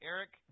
Eric